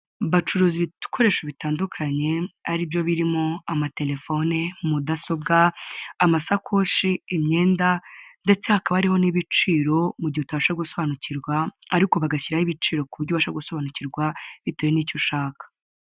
Bacuruza ibikoresho bitandukanye ari byo birimo: amatelefone, mudasobwa, amasakoshi imyenda ndetse hakaba hariho n'ibiciro mu gihe utabasha gusobanukirwa, ariko bagashyiraho ibiciro ku buryo ubashaka gusobanukirwa bitewe nicyo ushaka.